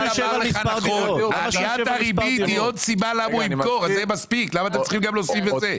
נכון: עליית הריבית היא סיבה נוספת לכך שהוא ימכור.